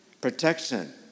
Protection